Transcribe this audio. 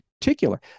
particular